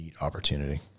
opportunity